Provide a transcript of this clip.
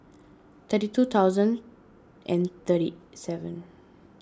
thirty two thousand and thirty seven